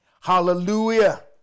hallelujah